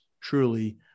truly